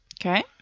Okay